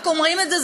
רק אומרים את זה,